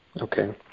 Okay